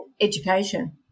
education